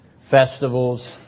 festivals